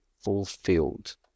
fulfilled